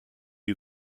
you